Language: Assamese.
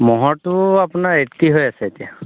ম'হৰটো আপোনাৰ এইট্টি হৈ আছে এতিয়া